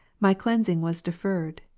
my cleansing was deferred,